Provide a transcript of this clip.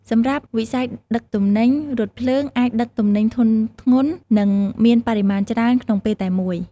សម្រាប់វិស័យដឹកទំនិញ រថភ្លើងអាចដឹកទំនិញធុនធ្ងន់និងមានបរិមាណច្រើនក្នុងពេលតែមួយ។